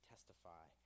testify